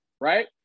right